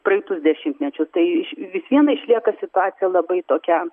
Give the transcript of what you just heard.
praeitus dešimtmečisu tai iš vis viena išlieka situacija labai tokia